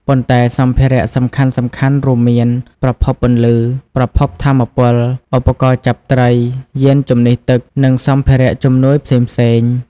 ប៉ុន្តែសម្ភារៈសំខាន់ៗរួមមាន ប្រភពពន្លឺ ប្រភពថាមពល ឧបករណ៍ចាប់ត្រី យានជំនិះទឹក និងសម្ភារៈជំនួយផ្សេងៗ។